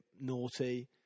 naughty